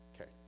Okay